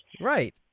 Right